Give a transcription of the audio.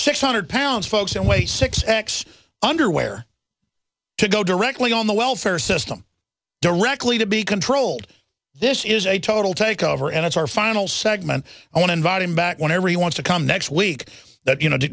six hundred pounds folks that way six x underwear to go directly on the welfare system directly to be controlled this is a total take over and it's our final segment i want to invite him back whenever he wants to come next week that you know to